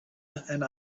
and